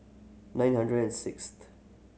nine hundred and sixth